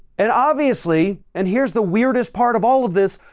and obviously, and here's the weirdest part of all of this.